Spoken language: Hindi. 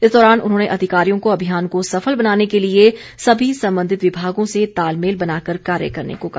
इस दौरान उन्होंने अधिकारियों को अभियान को सफल बनाने के लिए सभी संबंधित विभागों से तालमेल बनाकर कार्य करने को कहा